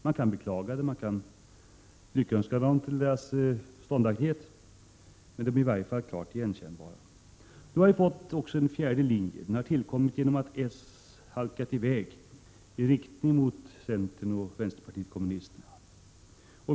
Man kan beklaga dem eller lyckönska dem för deras ståndaktighet, men deras synsätt är i varje fall klart igenkännbara. Vi har nu också fått en fjärde linje, som har tillkommit genom att socialdemokraterna halkat iväg i riktning mot centern och vänsterpartiet kommunisterna.